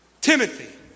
Timothy